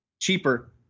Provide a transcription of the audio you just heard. cheaper